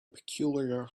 peculiar